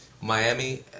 Miami